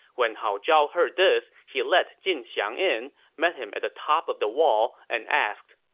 when hao zhao heard this, he let jin xiang in, met him at the top of the walls, and asked,